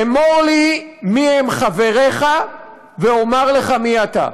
אמור לי מיהם חבריך ואומר לך מי אתה.